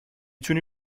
تونی